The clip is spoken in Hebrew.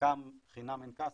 חלקם חינם אין כסף,